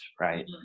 right